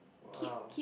!wow!